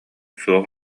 суох